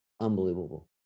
unbelievable